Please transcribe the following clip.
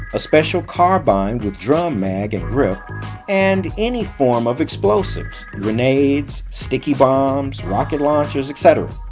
a special carbine with drum mag and grip and any form of explosives grenades, sticky bombs, rocket launchers, etc.